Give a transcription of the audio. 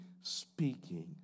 speaking